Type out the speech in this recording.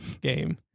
game